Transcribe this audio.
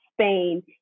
Spain